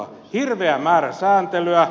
on hirveä määrä sääntelyä